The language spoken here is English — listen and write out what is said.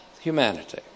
humanity